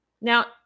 Now